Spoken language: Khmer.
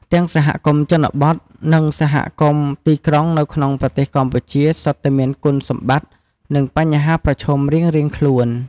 ទាំងសហគមន៍ជនបទ និងសហគមន៍ទីក្រុងនៅក្នុងប្រទេសកម្ពុជាសុទ្ធតែមានគុណសម្បត្តិ និងបញ្ហាប្រឈមរៀងៗខ្លួន។